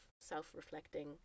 self-reflecting